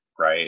right